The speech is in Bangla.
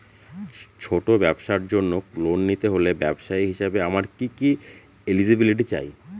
ছোট ব্যবসার জন্য লোন নিতে হলে ব্যবসায়ী হিসেবে আমার কি কি এলিজিবিলিটি চাই?